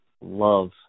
love